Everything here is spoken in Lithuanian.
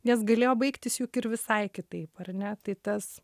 nes galėjo baigtis juk ir visai kitaip ar ne tai tas